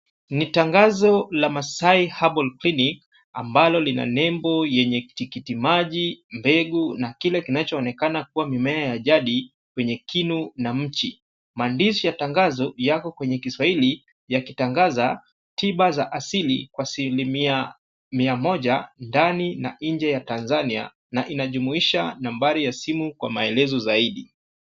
Ni tangazo la Maasai Herbal Clinic ambalo ina nembo yenye tikiti maji, mbegu na kile kinachoonekana kuwa mimea ya jadi kwenye kinu na mchi. Maandishi ya tangazo yako kwenye Kiswahili yakitangaza tiba za asili kwa asilimia mia moja ndani na nje ya Tanzania na inajumuisha nambari ya simu kwa maelezo zaidi.